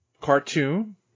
cartoon